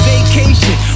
Vacation